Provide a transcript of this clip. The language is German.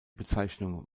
bezeichnung